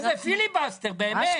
אז זה פיליבסטר, באמת.